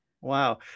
wow